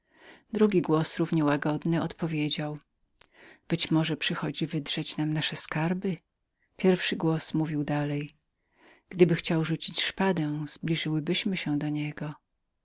drugi głos równie łagodny odpowiedział być może że przychodzi wydrzeć nam nasze skarby pierwszy głos mówił dalej gdyby chciał rzucić szpadę zbliżyłybyśmy się do niego